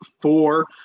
four